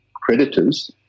creditors